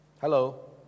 Hello